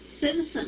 citizen